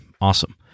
Awesome